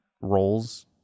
roles